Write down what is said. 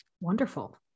Wonderful